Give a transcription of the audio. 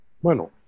Bueno